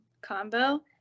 combo